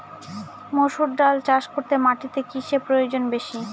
মুসুর ডাল চাষ করতে মাটিতে কিসে প্রয়োজন বেশী?